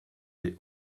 des